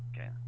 okay